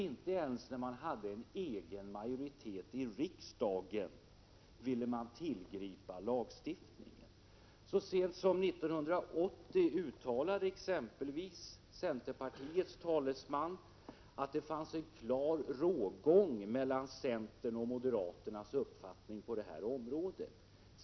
Inte ens när man hade en egen majoritet i riksdagen ville man tillgripa lagstiftning. Så sent som 1980 uttalade centerpartiets talesman att det fanns en klar rågång mellan centern och moderaternas uppfattning på det här området.